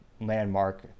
landmark